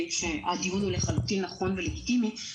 הדיון הוא לחלוטין נכון ולגיטימי,